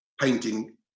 painting